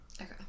Okay